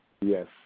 Yes